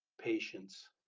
Patience